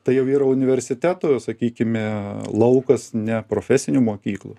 tai jau yra universitetų sakykime laukas ne profesinių mokyklų